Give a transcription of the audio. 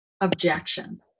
objection